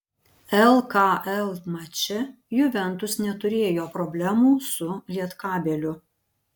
lkl mače juventus neturėjo problemų su lietkabeliu